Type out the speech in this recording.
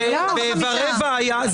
ב-13:15 היה.